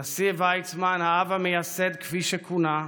הנשיא ויצמן, "האב המייסד", כפי שכונה,